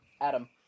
Adam